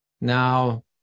now